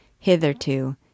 Hitherto